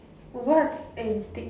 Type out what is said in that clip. what's antic